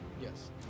Yes